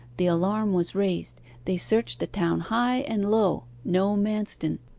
the alarm was raised they searched the town high and low no manston.